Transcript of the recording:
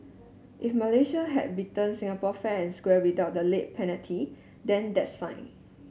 if Malaysia had beaten Singapore fair and square without the late penalty then that's fine